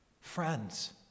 Friends